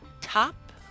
Top